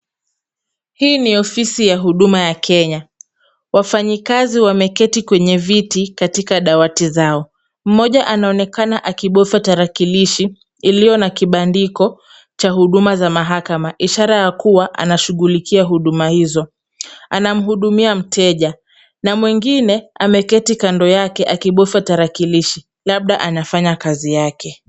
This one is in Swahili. Hii ni ofisi ya Huduma ya Kenya, wafanyikazi wameketi kwenye viti katika dawati zao, mmoja anaonekana akibofa tarakilishi, iliyo na kibandiko cha huduma za mahakama, ishara kuwa anashughulikia huduma hizo, anamhudumia mteja, na mwingine ameketi kando yake akibofa tarakilishi, labda anafanya kazi yake.